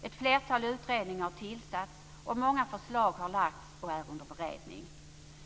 Ett flertal utredningar har tillsatts, och många förslag har lagts fram och är under beredning.